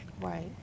Right